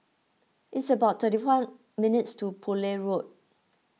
it's about thirty one minutes' walk to Poole Road